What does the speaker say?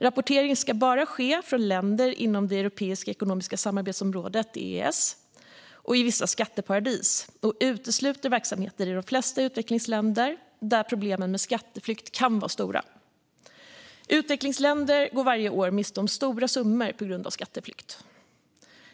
Rapportering ska bara ske från länder inom Europeiska ekonomiska samarbetsområdet, EES, och vissa skatteparadis. Man utesluter verksamheter i de flesta utvecklingsländer, där problemen med skatteflykt kan vara stora. Utvecklingsländer går varje år miste om stora summor på grund av skatteflykt.